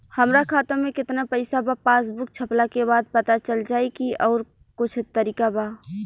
हमरा खाता में केतना पइसा बा पासबुक छपला के बाद पता चल जाई कि आउर कुछ तरिका बा?